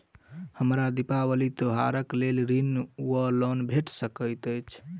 हमरा दिपावली त्योहारक लेल ऋण वा लोन भेट सकैत अछि?